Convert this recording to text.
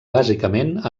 bàsicament